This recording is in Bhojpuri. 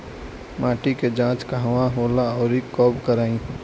माटी क जांच कहाँ होला अउर कब कराई?